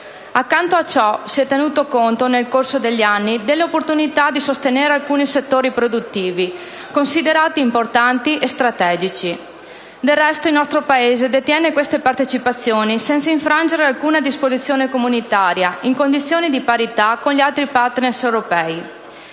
Accanto a ciò, si è tenuto conto, nel corso degli anni, dell'opportunità di sostenere alcuni settori produttivi considerati importanti e strategici. Del resto, il nostro Paese detiene queste partecipazioni senza infrangere alcuna disposizione comunitaria, in condizione di parità con gli altri *partner* europei.